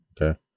Okay